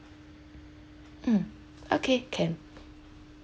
mm okay can